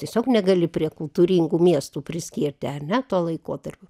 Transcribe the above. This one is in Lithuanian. tiesiog negali prie kultūringų miestų priskirti ar ne tuo laikotarpiu